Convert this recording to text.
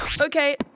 Okay